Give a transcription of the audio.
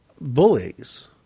bullies